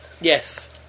Yes